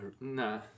Nah